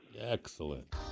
Excellent